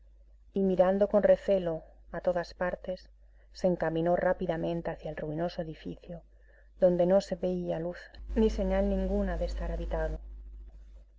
y mirando con recelo o todas partes se encaminó rápidamente hacia el ruinoso edificio donde no se veía luz ni señal ninguna de estar habitado